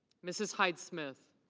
mrs. hyde smith.